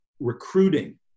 recruiting